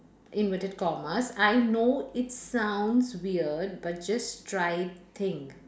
inverted commas I know it sounds weird but just try thing